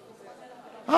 לא, משרד האוצר.